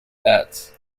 bats